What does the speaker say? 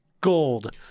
gold